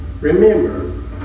remember